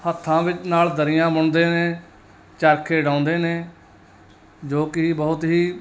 ਹੱਥਾਂ ਵਿੱਚ ਨਾਲ ਦਰੀਆਂ ਬੁਣਦੇ ਨੇ ਚਰਖੇ ਡਾਉਂਦੇ ਨੇ ਜੋ ਕਿ ਬਹੁਤ ਹੀ